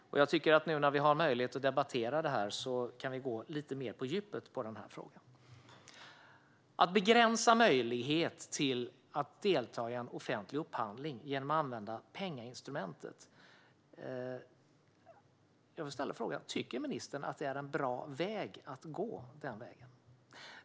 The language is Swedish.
Jag tycker att när vi nu har möjlighet att debattera detta så kan vi gå lite mer på djupet, och därför vill jag ställa frågan: Tycker ministern att det är en bra väg att använda pengainstrumentet för att begränsa möjligheten att delta i en offentlig upphandling?